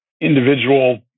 individual